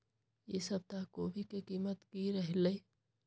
ई सप्ताह कोवी के कीमत की रहलै?